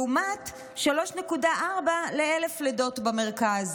לעומת 3.4 ל1,000 לידות במרכז.